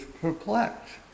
perplexed